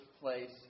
place